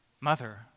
mother